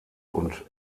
und